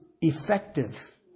effective